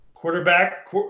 Quarterback